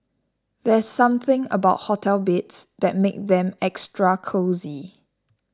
there's something about hotel beds that makes them extra cosy